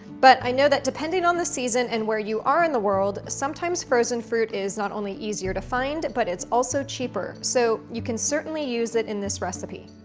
but i know that depending on the season and where you are in the world, sometimes frozen fruit is not only easier to find but it's also cheaper. so, you can certainly use it in this recipe.